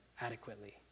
adequately